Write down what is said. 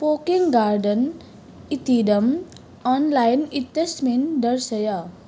poking garden इतीदम् online इत्यस्मिन् दर्शय